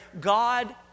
God